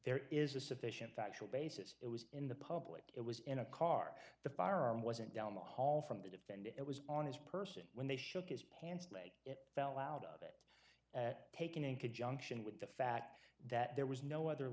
there is a sufficient factual basis it was in the public it was in a car the firearm wasn't down the hall from the defend it was on his person when they shook his pants leg it fell out of it at taken in conjunction with the fact that there was no other